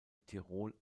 tirol